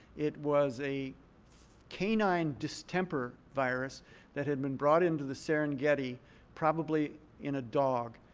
it was a canine distemper virus that had been brought into the serengeti probably in a dog.